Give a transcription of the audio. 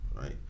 right